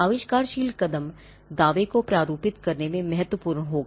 आविष्कारशील कदम दावे को प्रारूपित करने में महत्वपूर्ण होगा